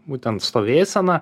būtent stovėsena